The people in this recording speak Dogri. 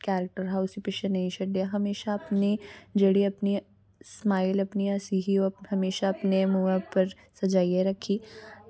करैक्टर हा उस्सी पिच्छै नेईं छड्डेआ अपनी जेह्ड़ी अपनी स्माईल जेह्ड़ी हसीं ही हमेशा अपने मूहें पर सजाइयै रक्खी